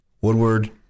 Woodward